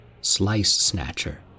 Slice-snatcher